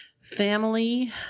family